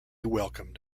welcomed